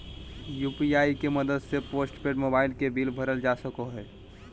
UPI के मदद से पोस्टपेड मोबाइल के बिल भरल जा सको हय